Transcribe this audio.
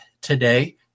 today